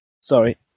Sorry